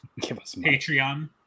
Patreon